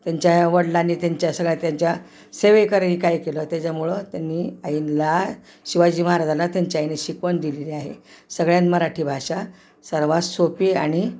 त्यांच्या वडीलांनी त्यांच्या सगळ्या त्यांच्या सेवेकरांनी काय केलं त्याच्यामुळं त्यांनी आईला शिवाजी महाराजाला त्यांच्या आईने शिकवण दिलेली आहे सगळ्यात मराठी भाषा सर्वात सोपी आणि